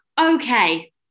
Okay